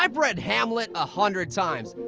um read hamlet a hundred times,